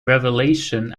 revelation